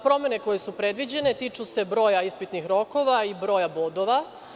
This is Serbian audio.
Promene koje su predviđene tiču se broja ispitnih rokova i broja bodova.